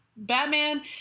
Batman